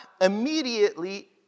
Immediately